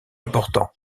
importants